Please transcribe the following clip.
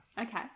Okay